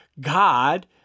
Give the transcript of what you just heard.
God